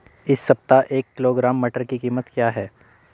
इस सप्ताह एक किलोग्राम मटर की कीमत क्या है?